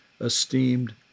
esteemed